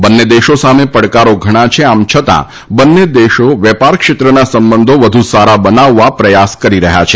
બંને દેશો સામે પડકારો ઘણા છે આમ છતાં બંને દેશો વેપાર ક્ષેત્રના સંબંધો વધુ સારા બનાવવા પ્રયાસ કરી રહ્યા છે